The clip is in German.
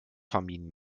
vermieden